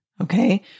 Okay